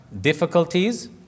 difficulties